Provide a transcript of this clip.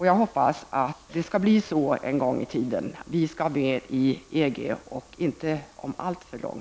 Jag hoppas att Sverige inom en inte alltför lång tid skall bli medlem i EG.